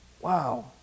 Wow